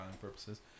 purposes